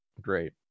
Great